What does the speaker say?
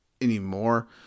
anymore